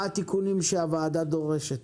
מה התיקונים שהוועדה דורשת?